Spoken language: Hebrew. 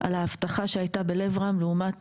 לנוכח האבטחה שהייתה ב- ׳לב רם׳ לעומת